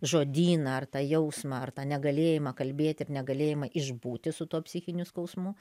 žodyną ar tą jausmą ar tą negalėjimą kalbėti ir negalėjimą išbūti su tuo psichiniu skausmu